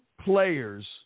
players